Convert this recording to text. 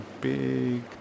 big